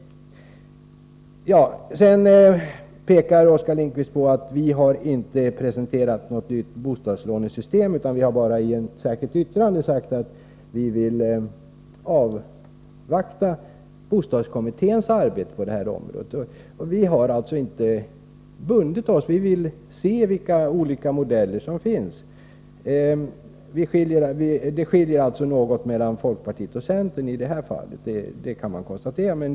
Vidare pekar Oskar Lindkvist på att vi inte har presenterat något nytt bostadslånesystem, utan bara i ett särskilt yttrande har sagt att vi vill avvakta bostadskommitténs arbete på det här området. Vi har alltså inte bundit oss — vi vill se vilka olika modeller som finns. Det skiljer alltså något mellan folkpartiets och centerns uppfattning i detta fall.